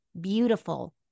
beautiful